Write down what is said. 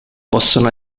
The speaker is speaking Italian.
possono